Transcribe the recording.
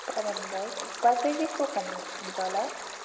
थुक्पा भन्नु भयो है थुक्पा चाहिँ केको खानुहुन्छ होला